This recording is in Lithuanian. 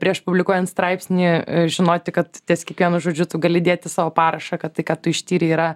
prieš publikuojant straipsnį žinoti kad ties kiekvienu žodžiu tu gali dėti savo parašą kad tai ką tu ištyrei yra